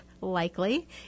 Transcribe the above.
likely